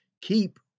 keep